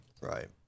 Right